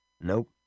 Nope